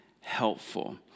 helpful